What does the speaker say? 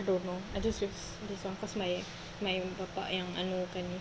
I don't know I just use this one cause my my bapa yang anukan semua